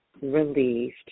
relieved